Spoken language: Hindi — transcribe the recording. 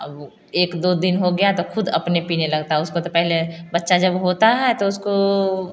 एक दो दिन हो गया तो खुद अपने पीने लगता है उसको तो पहले बच्चा जब होता है उसको